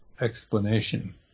explanation